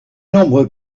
nombres